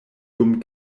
dum